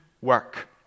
work